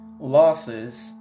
Losses